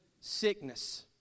sickness